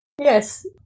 Yes